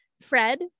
Fred